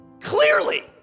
Clearly